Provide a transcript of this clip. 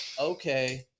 okay